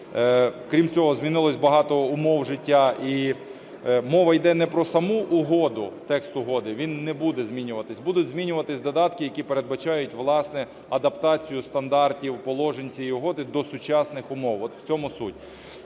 Крім цього, змінилось багато умов життя. І мова йде не про саму угоду, тексту угоди, він не буде змінюватися, будуть змінюватись додатки, які передбачають, власне, адаптацію стандартів положень цієї угоди до сучасних умов. От в цьому суть.